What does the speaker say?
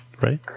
right